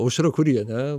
aušra kurienė